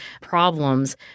problems